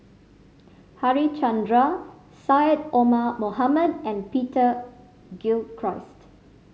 Harichandra Syed Omar Mohamed and Peter Gilchrist